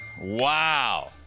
Wow